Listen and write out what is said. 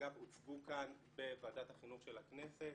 אגב הוצגו כאן בוועדת החינוך של הכנסת,